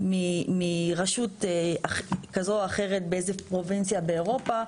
--- מרשות כזו או אחרת באיזה פרובינציה מאירופה,